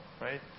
right